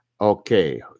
Okay